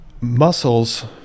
muscles